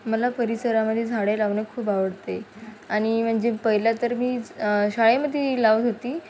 मला परिसरामध्ये झाडे लावणे खूप आवडते आणि म्हणजे पहिलं तर मी शाळेमध्येही लावत होते